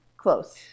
Close